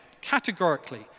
categorically